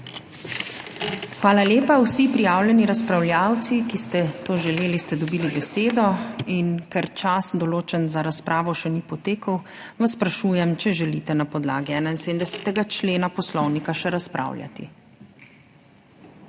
Hvala lepa. Vsi prijavljeni razpravljavci, ki ste to želeli, ste dobili besedo. Ker čas, določen za razpravo, še ni potekel, vas sprašujem, ali želite na podlagi 71. člena Poslovnika še razpravljati.